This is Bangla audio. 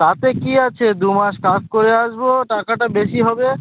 তাতে কী আছে দু মাস কাজ করে আসব টাকাটা বেশি হবে